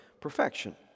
perfection